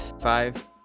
Five